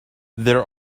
there